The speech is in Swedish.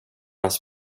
hans